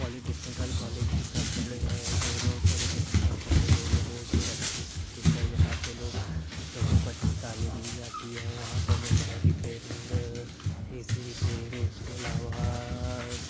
polytechnical college کی طرف بڑھ رہے ہے کوہ نور پولیٹیکنکل کالج ہو گیا وہ بھی ایک اچھا انسٹیٹیوٹ ہے جہاں پہ لوگ لوگوں کو اچھی تعلیم دی جاتی ہے وہاں پہ mobile repairing A C repairing اس کے علاوہ